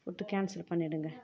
food cancel பண்ணிவிடுங்க